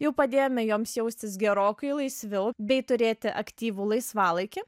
jau padėjome joms jaustis gerokai laisviau bei turėti aktyvų laisvalaikį